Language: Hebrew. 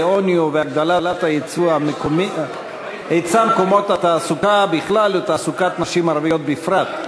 בעוני ובהיצע מקומות התעסוקה בכלל ותעסוקת נשים ערביות בפרט.